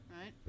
Right